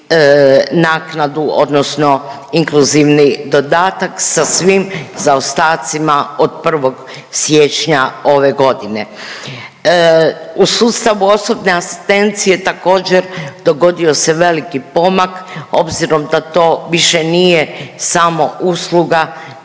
naknadu odnosno inkluzivni dodatak sa svim zaostacima od 1. siječnja ove godine. U sustavu osobne asistencije također dogodio se veliki pomak obzirom da to više nije samo usluga